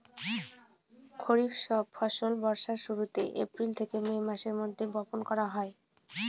খরিফ ফসল বর্ষার শুরুতে, এপ্রিল থেকে মে মাসের মধ্যে, বপন করা হয়